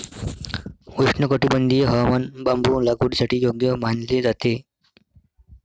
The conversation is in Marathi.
उष्णकटिबंधीय हवामान बांबू लागवडीसाठी योग्य मानले जाते